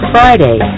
Friday